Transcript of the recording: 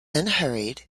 unhurried